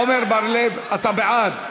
עמר בר-לב, אתה בעד.